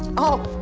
oh!